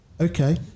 Okay